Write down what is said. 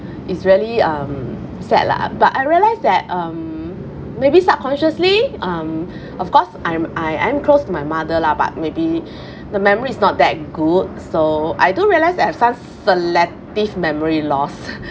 it's really um sad lah but I realise that um maybe subconsciously um of course I'm I am close to my mother lah but maybe the memory is not that good so I do realise that I have some selective memory loss